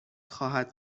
خواهد